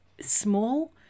small